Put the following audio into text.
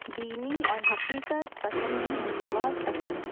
بینی اور حقیقت پسندی مجھے بہت پسند ہے